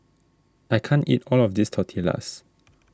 I can't eat all of this Tortillas